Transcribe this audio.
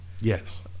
Yes